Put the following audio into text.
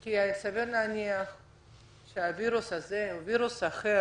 כי סביר להניח שהווירוס הזה או וירוס אחר,